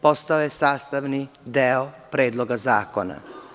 Postao je sastavni deo Predloga zakona.